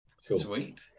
Sweet